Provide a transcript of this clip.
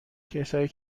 کسایی